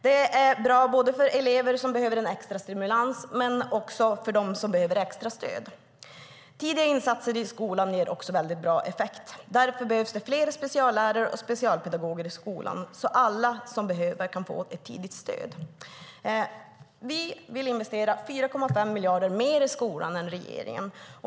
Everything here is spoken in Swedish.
Det är bra både för elever som behöver en extra stimulans och för de elever som behöver extra stöd. Tidiga insatser i skolan ger också väldigt bra effekt. Därför behövs det fler speciallärare och specialpedagoger i skolan så att alla som behöver kan få ett tidigt stöd. Vi vill investera 4,5 miljarder mer i skolan än regeringen.